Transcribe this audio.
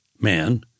man